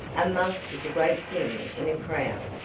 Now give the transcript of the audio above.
a muff is a great thing in a crowd.